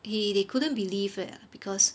he they couldn't believe that lah because